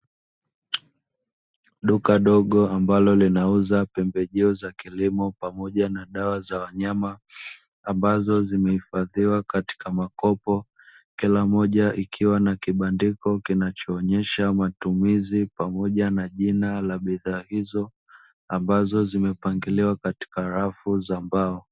Duka dogo ambalo linauza pembejeo za kilimo pamoja na dawa za wanyama, ambazo zimehifadhiwa katika makopo. kila mmoja ikiwa na kibandiko kinachoonyesha matumizi Pamoja na jina la bidhaa hizo ambazo zimepangiliwa katika rafu za mbao.